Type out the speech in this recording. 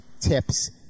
tips